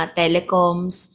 telecoms